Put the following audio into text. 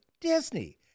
Disney